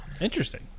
interesting